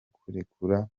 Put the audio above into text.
kurekura